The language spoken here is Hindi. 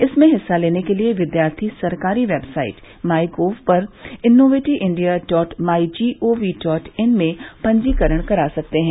इसमें हिस्सा लेने के लिए विद्यार्थी सरकारी वेबसाइट माई गोव पर innovate India dot my G O V dot in में पंजीकरण करा सकते हैं